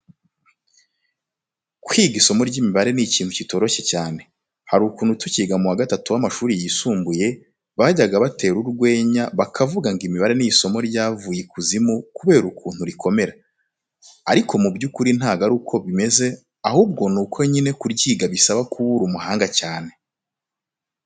Kwiga isomo ry'imibare ni ikintu kitoroshye cyane. Hari ukuntu tukiga mu wa gatatu w'amashuri yisumbuye bajyaga batera urwenya bakavuga ngo imibare ni isomo ryavuye ikuzimu kubera ukuntu rikomera, ariko mu by'ukuri ntabwo ari ko bimeze ahubwo nuko nyine kuryiga bisaba kuba uri umuhanga cyane.